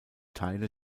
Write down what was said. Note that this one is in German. teile